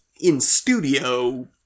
in-studio